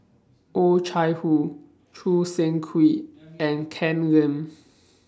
Oh Chai Hoo Choo Seng Quee and Ken Lim